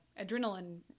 adrenaline